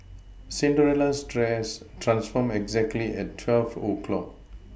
Cinderella's dress transformed exactly at twelve o' clock